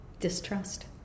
distrust